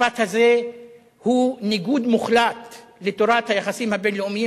המשפט הזה הוא ניגוד מוחלט לתורת היחסים הבין-לאומיים